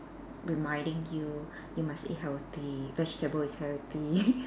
reminding you you must eat healthy vegetable is everything